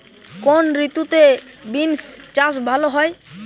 কোন ঋতুতে বিন্স চাষ ভালো হয়?